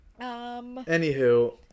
anywho